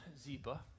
Ziba